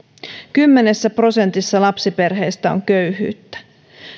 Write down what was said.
kymmenessä prosentissa lapsiperheistä on köyhyyttä